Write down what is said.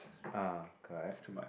ah correct